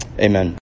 Amen